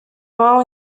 mało